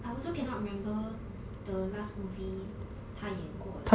I also cannot remember the last movie 他演过的